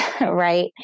right